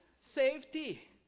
safety